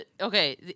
okay